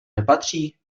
nepatří